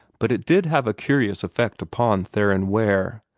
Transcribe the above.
but it did have a curious effect upon theron ware.